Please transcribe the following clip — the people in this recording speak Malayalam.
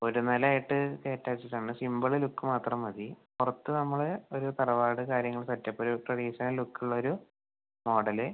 ഒരു നില ആയിട്ട് കേറ്റ വെച്ചിട്ട് ഉണ്ട് സിംപിള് ലുക്ക് മാത്രം മതി പുറത്ത് നമ്മള് ഒരു തറവാട് കാര്യങ്ങള് സെറ്റപ്പ് ഒരു ട്രഡീഷണൽ ലുക്കുള്ള ഒരു മോഡല്